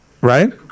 right